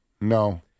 No